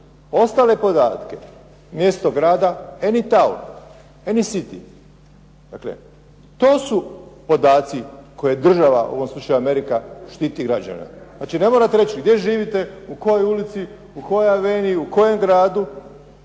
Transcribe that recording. Ostale podatke, mjesto grda, any town, any city. Dakle, to su podaci koje država u ovom slučaju Amerika štiti građane. Znači ne morate reći gdje živite, u kojoj ulici, u kojoj aveniji, u kojem gradu.